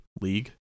league